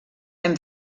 hem